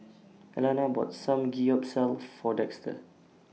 Elana bought Samgyeopsal For Dexter